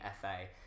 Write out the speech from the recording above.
FA